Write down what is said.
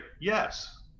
Yes